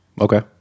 Okay